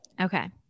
okay